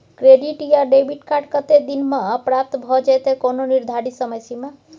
Credit या debit card कत्ते दिन म प्राप्त भ जेतै, कोनो निर्धारित समय सीमा?